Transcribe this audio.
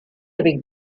avec